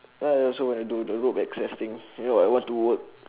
ya then I also want to do the rope access thing you know I want to work